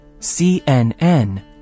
CNN